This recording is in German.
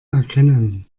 erkennen